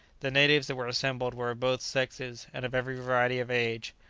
the natives that were assembled were of both sexes, and of every variety of age,